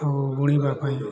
ଆଉ ବୁଣିବା ପାଇଁ